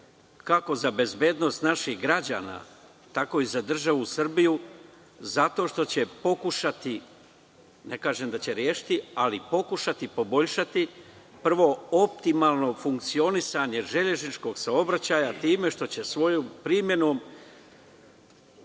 kako za bezbednost naših građana, tako i za državu Srbiju, zato što će pokušati, ne kažem da će rešiti, ali će pokušati da poboljša, prvo, optimalno funkcionisanje železničkog saobraćaja time što će svojom primenom